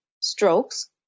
Strokes